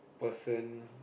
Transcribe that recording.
person